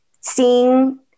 seeing